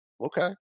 okay